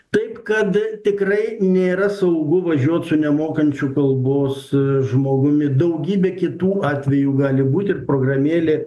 taip kad tikrai nėra saugu važiuoti su nemokančiu kalbos žmogumi daugybė kitų atvejų gali būti ir programėlė